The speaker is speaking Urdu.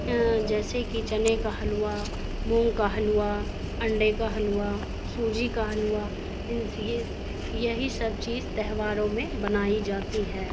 جیسے کہ چنے کا حلوہ مونگ کا حلوہ انڈے کا حلوہ سوجی کا حلوہ یہی سب چیز تہواروں میں بنائی جاتی ہے